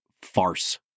farce